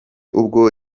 ubwo